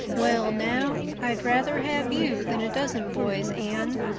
well now, i'd rather have you than a dozen boys, anne,